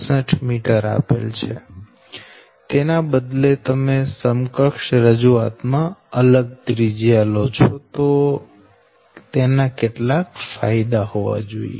67 metre આપેલ છે તેના બદલે તમે સમકક્ષ રજૂઆત માં અલગ ત્રિજ્યા લો છો તો ત્યાં કેટલાક ફાયદા હોવા જોઈએ